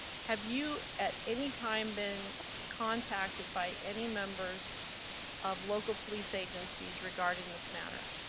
have you at any time been contacted by any members of local police agencies regarding this matter?